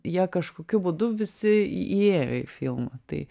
jie kažkokiu būdu visi įėjo į filmą tai